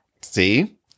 See